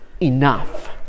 enough